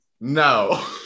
No